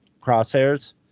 crosshairs